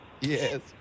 Yes